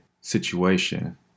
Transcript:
situation